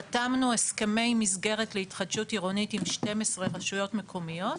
חתמנו הסכמי מסגרת להתחדשות עירונית עם שתיים עשרה רשויות מקומיות.